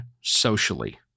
socially